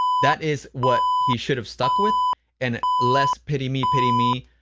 that is what he should have stuck with and less pity me, pity me.